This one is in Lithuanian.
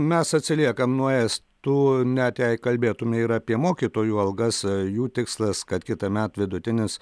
mes atsiliekam nuo estų net jei kalbėtume ir apie mokytojų algas jų tikslas kad kitąmet vidutinis